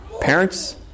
parents